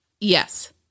Yes